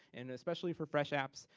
and especially for fresh apps,